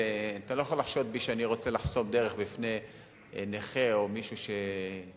ואתה לא יכול לחשוד בי שאני רוצה לחסום דרך בפני נכה או מישהו שזכאי,